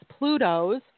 plutos